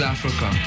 Africa